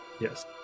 Yes